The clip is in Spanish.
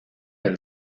del